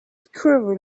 squirrel